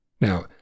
Now